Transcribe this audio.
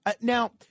Now